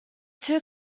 two